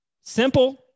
Simple